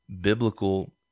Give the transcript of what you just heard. biblical